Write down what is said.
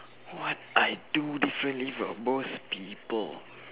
what I do differently from most people